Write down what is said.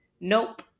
nope